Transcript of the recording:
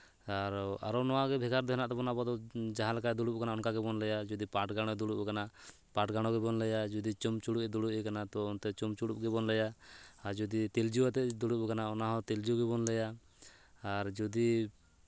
ᱟᱨ ᱟᱨᱚ ᱱᱚᱣᱟᱫᱚ ᱵᱷᱮᱜᱟᱨ ᱫᱚ ᱢᱮᱱᱟᱜ ᱛᱟᱵᱚᱱᱟ ᱟᱵᱚᱫᱚ ᱡᱟᱦᱟᱸ ᱞᱮᱠᱟᱭ ᱫᱩᱲᱩᱵ ᱟᱠᱟᱱᱟ ᱚᱱᱠᱟ ᱜᱮᱵᱚᱱ ᱞᱟᱹᱭᱼᱟ ᱡᱩᱫᱤ ᱯᱟᱴ ᱜᱟᱱᱰᱚ ᱫᱩᱲᱩᱵ ᱠᱟᱱᱟ ᱯᱟᱴᱜᱟᱱᱰᱳ ᱜᱮᱵᱚᱱ ᱞᱟᱹᱭᱟ ᱡᱩᱫᱤ ᱪᱩᱢᱪᱩᱲᱩᱡ ᱮ ᱫᱩᱲᱩᱵ ᱟᱠᱟᱱᱟ ᱚᱱᱛᱮ ᱪᱩᱢᱪᱩᱲᱩᱡ ᱜᱮᱵᱚᱱ ᱞᱟᱹᱭᱟ ᱟᱨ ᱡᱚᱫᱤ ᱛᱤᱞᱡᱩ ᱠᱟᱛᱮᱜ ᱫᱩᱲᱩᱵ ᱟᱠᱟᱱᱟ ᱚᱱᱟᱦᱚᱸ ᱛᱤᱞᱡᱩ ᱜᱮᱵᱚᱱ ᱞᱟᱹᱭᱟ ᱟᱨ ᱡᱩᱫᱤ